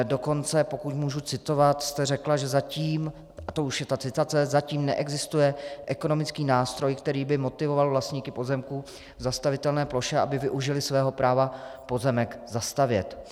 Dokonce, pokud můžu citovat, jste řekla, že zatím a to už je ta citace zatím neexistuje ekonomický nástroj, který by motivoval vlastníky pozemků v zastavitelné ploše, aby využili svého práva pozemek zastavět.